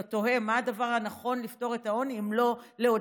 אתה תוהה מה הדבר הנכון לפתור איתו את העוני אם לא לעודד